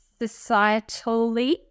societally